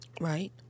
right